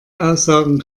aussagen